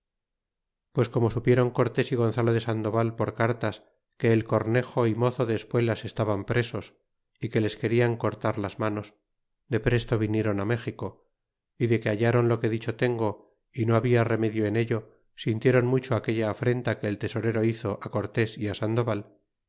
pues como supieron cortés y gonzalo de sandoval por cartas que el cornejo y mozo de espuelas estaban presos y que les querian cortar las manos de presto vinieron méxico y de que hallron lo que dicho tengo y no habia remedio en ello sintieron mucho aquella afrenta que el tesorero hizo tu cortés y sandoval